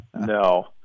No